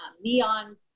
Neon